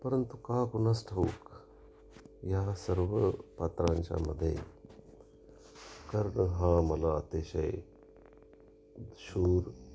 परंतु का कोणास ठाऊक या सर्व पात्रांच्यामध्ये कर्ण हा मला अतिशय शूर